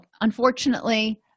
unfortunately